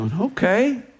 Okay